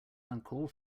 uncalled